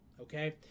okay